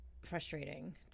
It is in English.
frustrating